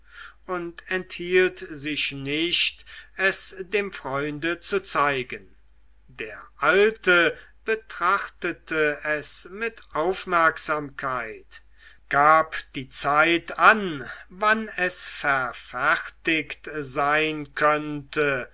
und enthielt sich nicht es dem freunde zu zeigen der alte betrachtete es mit aufmerksamkeit gab die zeit an wann es verfertigt sein könnte